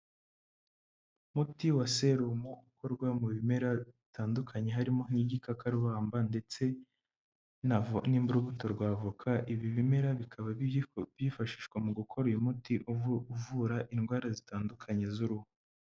Umuti wa serumu ukorwa mu bimera bitandukanye, harimo nk'igikakarubamba ndetse n'urubuto rwa voka, ibi bimera bikaba byifashishwa mu gukora uyu muti uvura indwara zitandukanye z'uruhu.